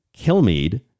Kilmeade